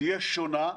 תהיה שונה.